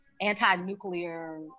anti-nuclear